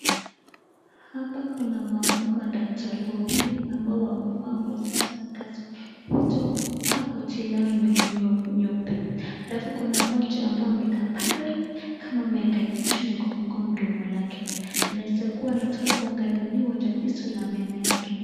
Hapa kuna madakatari wawili ambao wamevaa nguo zao za kazi. Wote wamevaa koti lao nyeupe. Halafu kuna moja ambaye amekaa pale kama ameangalia juu na kufungua mdomo lake, anaeza kuwa anataka kuangaliliwa tatizo la meno yake.